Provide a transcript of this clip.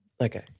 Okay